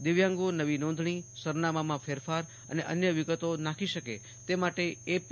દિવ્યાંગો નવી નોંધણી સરનામામાં ફેરફાર અને અન્ય વિગતો નાંખી શકે તે માટે એ પી